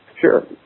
Sure